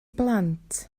blant